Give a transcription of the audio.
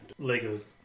Legos